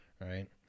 right